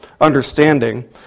understanding